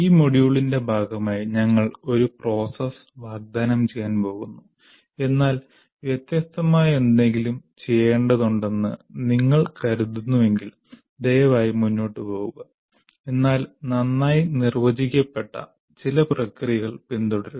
ഈ മൊഡ്യൂളിന്റെ ഭാഗമായി ഞങ്ങൾ ഒരു പ്രോസസ്സ് വാഗ്ദാനം ചെയ്യാൻ പോകുന്നു എന്നാൽ വ്യത്യസ്തമായ എന്തെങ്കിലും ചെയ്യേണ്ടതുണ്ടെന്ന് നിങ്ങൾ കരുതുന്നുവെങ്കിൽ ദയവായി മുന്നോട്ട് പോകുക എന്നാൽ നന്നായി നിർവചിക്കപ്പെട്ട ചില പ്രക്രിയകൾ പിന്തുടരുക